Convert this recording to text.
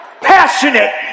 passionate